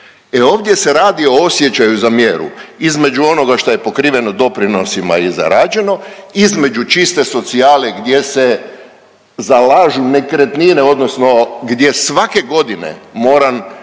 ovdje se radi o osjećaju za mjeru, između onoga što je pokriveno doprinosima i zarađeno, između čiste socijale gdje se zalažu nekretnine, odnosno gdje svake godine moram